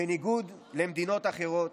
בניגוד למדינות אחרות,